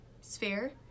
sphere